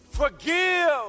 Forgive